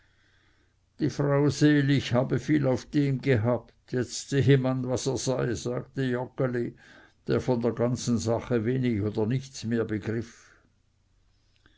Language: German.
die frau selig habe viel auf dem gehabt jetzt sehe man was er sei sagte joggeli der von der ganzen sache wenig oder nichts mehr begriff